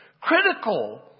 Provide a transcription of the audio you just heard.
Critical